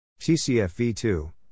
TCFV2